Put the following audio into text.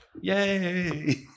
Yay